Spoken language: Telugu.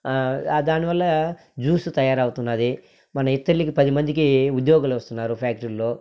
ఆ దాని వల్ల జ్యూసు తయారవుతున్నది మనం ఇతరులకి పది మందికి ఉద్యోగులు వస్తున్నారు ఫ్యాక్టరీల్లో